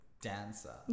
dancer